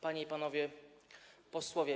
Panie i Panowie Posłowie!